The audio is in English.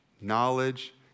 knowledge